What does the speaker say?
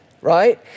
right